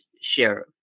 share